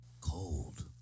Cold